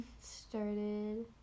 started